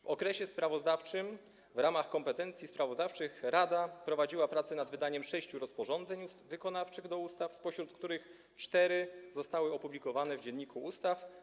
W okresie sprawozdawczym w ramach kompetencji sprawozdawczych rada prowadziła prace nad wydaniem sześciu rozporządzeń wykonawczych do ustaw, spośród których cztery zostały opublikowane w Dzienniku Ustaw.